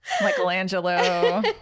Michelangelo